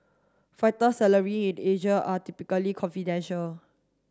fighter salary in Asia are typically confidential